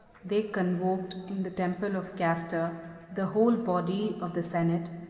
they convoked in the temple of castor the whole body of the senate,